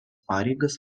pareigas